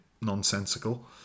nonsensical